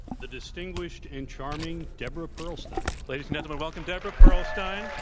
the distinguished and charming deborah pearlstein. ladies and gentlemen, welcome deborah pearlstein.